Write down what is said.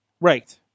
Right